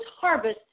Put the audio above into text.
harvest